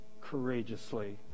courageously